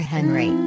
Henry